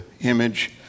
image